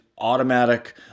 automatic